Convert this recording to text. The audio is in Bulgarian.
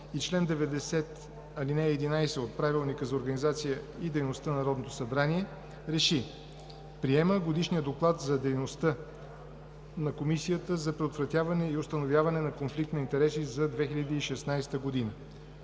и чл. 90, ал. 11 от Правилника за организацията и дейността на Народното събрание РЕШИ: Приема Годишния доклад за дейността на Комисията за предотвратяване и установяване на конфликт на интереси за 2016 г.